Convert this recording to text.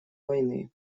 войны